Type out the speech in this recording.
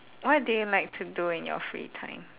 what do you like to do in your free time